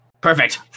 Perfect